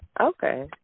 Okay